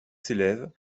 s’élève